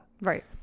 Right